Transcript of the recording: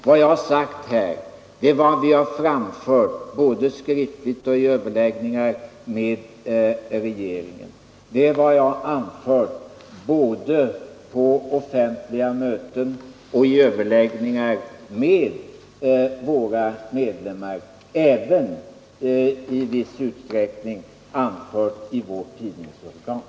Vad jag har sagt här är vad jag har framfört både skriftligen och vid överläggningar med regeringen, det är vad jag har anfört på offentliga möten, vid överläggningar med våra medlemmar och även i vårt tidningsorgan.